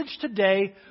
today